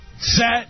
set